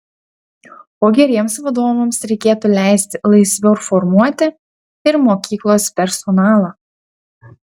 o geriems vadovams reikėtų leisti laisviau formuoti ir mokyklos personalą